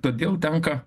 todėl tenka